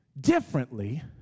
differently